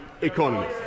economy